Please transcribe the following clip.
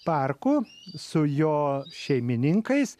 parku su jo šeimininkais